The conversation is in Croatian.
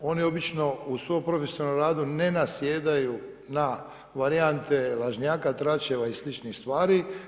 Oni obično u svom profesionalnom radu ne nasjedaju na varijante lažnjaka, tračeva i sličnih stvari.